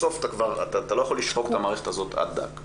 בסוף אתה לא יכול לשחוק את המערכת הזאת עד דק.